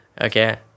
Okay